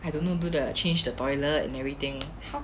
I don't know do the change the toilet and everything